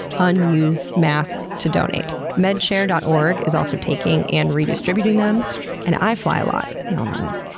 unused masks to donate. medshare dot org is also taking and redistributing them and i fly a lot, we all know this,